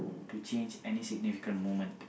to change any significant moment